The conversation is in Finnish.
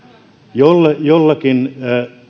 jollakin jollakin